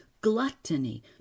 gluttony